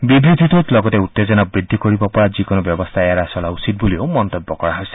বিবৃতিটোত লগতে উত্তেজনা বৃদ্ধি কৰিব পৰা যিকোনো ব্যৱস্থা এৰাই চলা উচিত বুলি মন্তব্য কৰা হৈছে